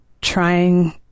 trying